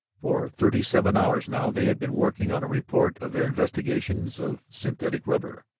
for thirty-seven hours now they had been working on a report of their investigations of synthetic rubber.